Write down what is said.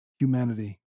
humanity